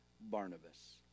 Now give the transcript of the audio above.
Barnabas